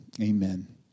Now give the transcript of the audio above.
amen